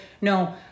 No